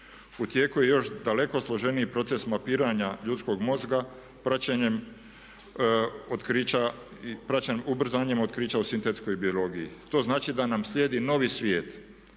U tijeku je još daleko složeniji proces mapiranja ljudskog mozga praćenjem, ubrzanjem otkrića u sintetskoj biologiji. To znači nam slijedi novi svijet